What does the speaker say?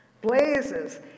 blazes